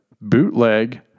bootleg